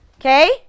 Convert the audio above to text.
Okay